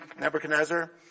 Nebuchadnezzar